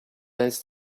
has